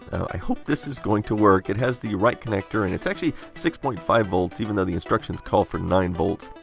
i hope this is going to work. it has the right connector and it's actually six point five volts, even though the instructions call for nine v,